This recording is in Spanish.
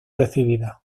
recibida